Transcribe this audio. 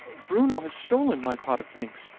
bruno has stolen my pot of pinks,